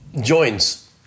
joints